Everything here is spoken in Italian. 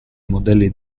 modelli